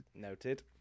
noted